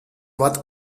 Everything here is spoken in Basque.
bat